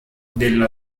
della